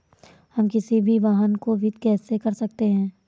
हम किसी भी वाहन को वित्त कैसे कर सकते हैं?